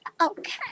okay